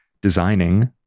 designing